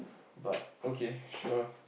but okay sure